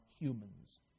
humans